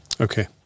Okay